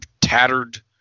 tattered